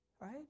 right